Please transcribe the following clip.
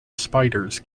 spiders